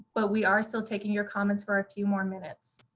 but we are still taking your comments for a few more minutes.